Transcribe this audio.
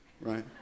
right